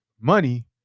money